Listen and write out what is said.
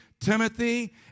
Timothy